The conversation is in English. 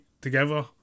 together